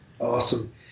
Awesome